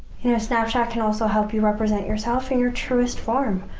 snapchat can also help you represent yourself in your truest form,